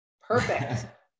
perfect